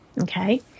Okay